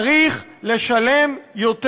צריך לשלם יותר.